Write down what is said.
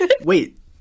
Wait